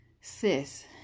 sis